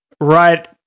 right